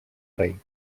rei